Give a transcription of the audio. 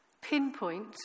pinpoint